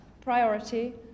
priority